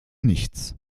nichts